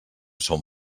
són